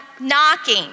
knocking